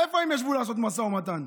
איפה הם ישבו לעשות משא ומתן?